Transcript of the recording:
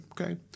Okay